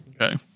okay